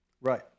right